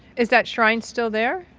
is that shrine still there?